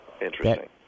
interesting